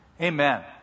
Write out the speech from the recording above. amen